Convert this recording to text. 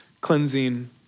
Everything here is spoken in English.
cleansing